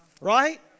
right